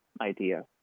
idea